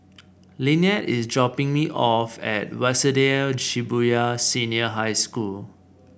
lynnette is dropping me off at Waseda Shibuya Senior High School